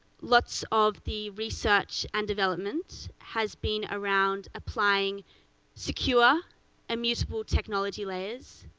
lots of the research and development has been around applying secure immutable technology layers,